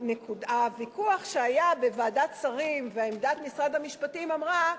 היה ויכוח בוועדת שרים, ועמדת משרד המשפטים אמרה: